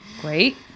Great